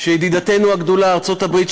שידידתנו הגדולה ארצות-הברית,